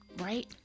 right